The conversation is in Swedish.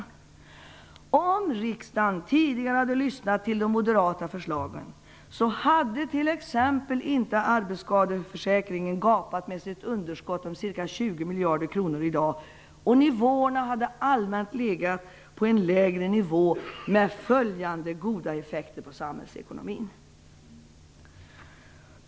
Om riksdagen tidigare hade lyssnat till de moderata förslagen, så hade t.ex. arbetsskadeförsäkringen inte gapat med sitt underskott om ca 20 miljarder kronor i dag. Nivåerna hade allmänt legat på en lägre nivå, med följande goda effekter på samhällsekonomin.